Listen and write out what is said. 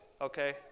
Okay